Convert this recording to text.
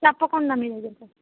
తప్పకుండా మీ దగ్గరికొస్తాను